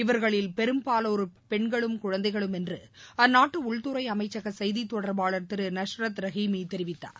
இவர்களில் பெரும்பாலோர் பெண்களும் குழந்தைகளும் என்று அந்நாட்டு உள்துறை அமைச்சக செய்தித் தொடர்பாளர் திரு நஸ்ரத் ரஹீமி தெரிவித்தார்